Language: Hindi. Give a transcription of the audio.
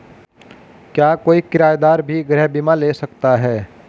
क्या कोई किराएदार भी गृह बीमा ले सकता है?